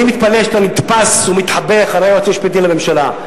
אני מתפלא שאתה נתפס ומתחבא מאחורי היועץ המשפטי לממשלה.